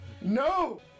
No